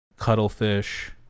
cuttlefish